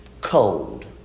cold